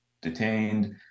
detained